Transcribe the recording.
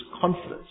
confidence